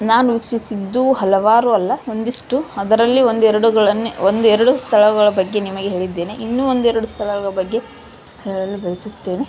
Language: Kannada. ನಾನು ವೀಕ್ಷಿಸಿದ್ದು ಹಲವಾರು ಅಲ್ಲ ಒಂದಿಷ್ಟು ಅದರಲ್ಲಿ ಒಂದೆರಡುಗಳನ್ನೇ ಒಂದೆರಡು ಸ್ಥಳಗಳ ಬಗ್ಗೆ ನಿಮಗೆ ಹೇಳಿದ್ದೇನೆ ಇನ್ನೂ ಒಂದೆರಡು ಸ್ಥಳಗಳ ಬಗ್ಗೆ ಹೇಳಲು ಬಯಸುತ್ತೇನೆ